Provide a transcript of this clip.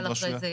אם תוכל אחרי זה,